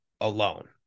alone